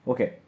Okay